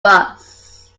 bus